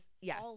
yes